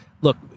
look